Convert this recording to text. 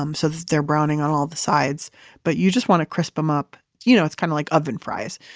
um so that they're browning on all the sides but you just want to crisp them up. you know it's kind of like oven fries.